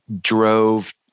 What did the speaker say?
drove